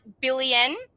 billion